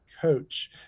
coach